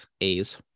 A's